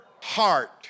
heart